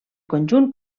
conjunt